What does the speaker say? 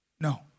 No